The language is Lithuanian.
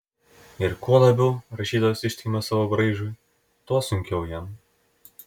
ir kuo labiau rašytojas ištikimas savo braižui tuo sunkiau jam